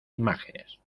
imágenes